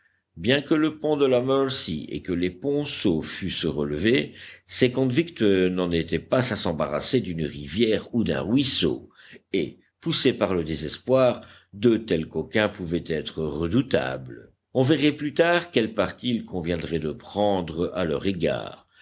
bien que le pont de la mercy et que les ponceaux fussent relevés ces convicts n'en étaient pas à s'embarrasser d'une rivière ou d'un ruisseau et poussés par le désespoir de tels coquins pouvaient être redoutables on verrait plus tard quel parti il conviendrait de prendre à leur égard